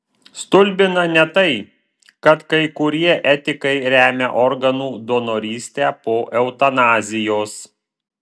stulbina ne tai kad kai kurie etikai remia organų donorystę po eutanazijos